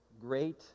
great